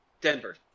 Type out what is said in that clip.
Denver